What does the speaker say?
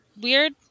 weird